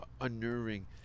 unnerving